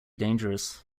dangerous